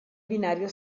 binario